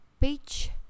page